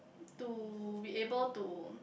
to be able to